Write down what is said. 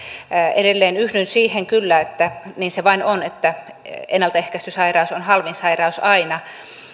edelleen yhdyn siihen kyllä että niin se vain on että ennaltaehkäisty sairaus on halvin sairaus aina